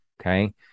Okay